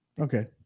Okay